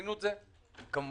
עשינו את זה כמובן,